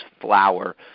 flour